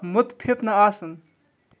مُتفِف نہٕ آسُن